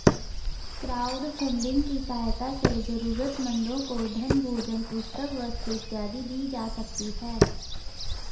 crowdfunding की सहायता से जरूरतमंदों को धन भोजन पुस्तक वस्त्र इत्यादि दी जा सकती है